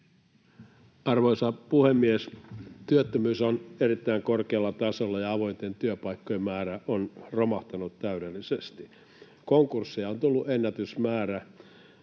Arvoisa puhemies! Työttömyys on erittäin korkealla tasolla, ja avointen työpaikkojen määrä on romahtanut täydellisesti. Konkursseja on tullut ennätysmäärä,